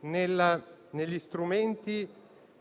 negli strumenti